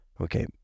Okay